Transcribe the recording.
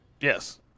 Yes